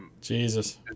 Jesus